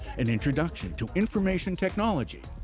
an introduction to information technology,